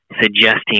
suggesting